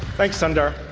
thanks, sundar.